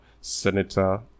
senator